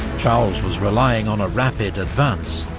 charles was relying on a rapid advance,